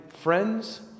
friends